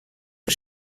für